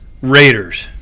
Raiders